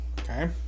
okay